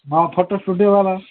ହଁ ଫଟୋ ଷ୍ଟୁଡ଼ିଓବାଲା